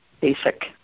basic